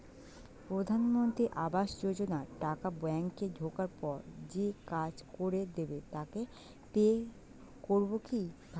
প্রধানমন্ত্রী আবাস যোজনার টাকা ব্যাংকে ঢোকার পরে যে কাজ করে দেবে তাকে পে করব কিভাবে?